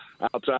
outside